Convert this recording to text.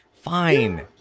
Fine